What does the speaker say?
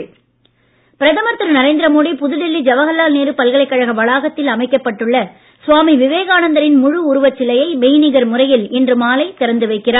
மோடி விவேகா பிரதமர் திரு நரேந்திர மோடி புதுடெல்லி ஜவஹர்லால் நேரு பல்கலைக்கழக வளாகத்தில் அமைக்கப்பட்டுள்ள சுவாமி விவேகானந்தரின் முழு உருவச் சிலையை மெய்நிகர் முறையில் இன்று மாலை திறந்து வைக்கிறார்